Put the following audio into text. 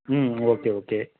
ம் okay okay